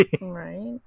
Right